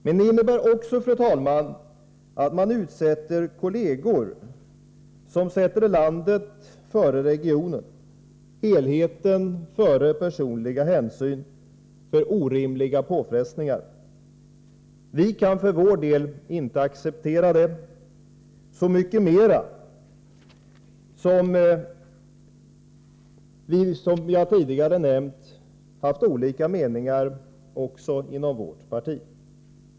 Men det innebär också, fru talman, att de av kollegerna som sätter landet före regioner, helheten före personliga hänsyn, utsätts för orimliga påfrestningar. Vi för vår del kan inte acceptera detta, så mycket mindre som vi, som jag tidigare nämnde, haft olika meningar också inom vårt parti.